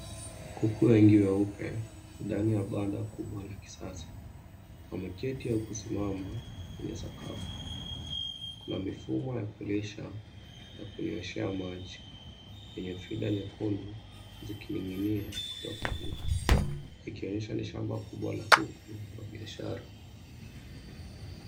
Kuku wengi weupe ndani ya banda kubwa la kisasa wameketi au kusimama kwenye sakafu. Kuna mifumo ya kulisha na kunyweshea maji yenye feeder nyekundu na zikining'inia kutoka juu. Ikionyesha ni shamba kubwa la kuku wa biashara.